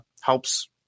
helps